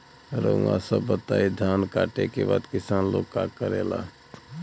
रउआ सभ बताई धान कांटेके बाद किसान लोग का करेला?